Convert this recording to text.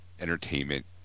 entertainment